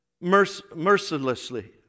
mercilessly